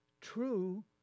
true